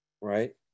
right